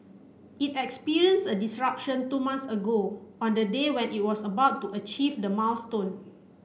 it experienced a disruption two months ago on the day when it was about to achieve the milestone